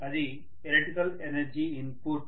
అది electrical energy input